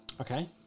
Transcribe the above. okay